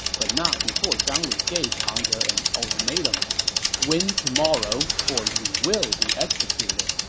but not before zhang lu gave pang de an ultimatum win tomorrow, or you will be executed